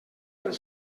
del